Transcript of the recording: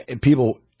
people